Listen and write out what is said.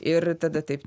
ir tada taip